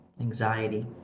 anxiety